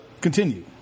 continue